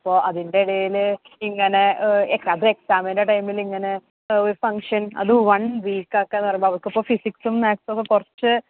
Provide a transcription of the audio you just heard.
അപ്പോൾ അതിൻ്റെടേൽ ഇങ്ങനെ അതും എക്സാമിൻ്റെ ടൈമിലിങ്ങനെ ഒരു ഫങ്ഷൻ അതും വൺ വീക്കൊക്കെന്നു പറയുമ്പോൾ അവൾക്കിപ്പോൾ ഫിസിക്സും മാത്സും ഒക്കെ കുറച്ച്